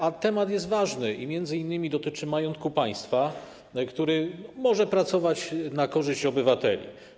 A temat jest ważny i między innymi dotyczy majątku państwa, który może pracować na korzyść obywateli.